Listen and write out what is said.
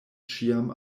ĉiam